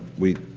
we.